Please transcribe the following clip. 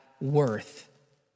worth